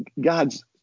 God's